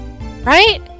right